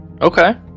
Okay